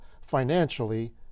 financially